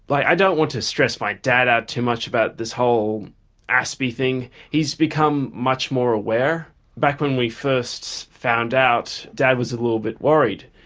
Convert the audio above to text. but i don't want to stress my dad out too much about this whole aspie thing. he's become much more aware back when we first found out, dad was a little bit worried,